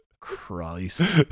Christ